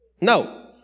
No